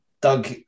Doug